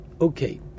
Okay